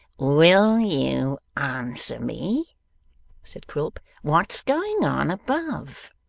will you answer me said quilp. what's going on, above